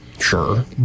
Sure